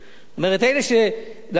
זאת אומרת,